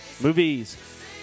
movies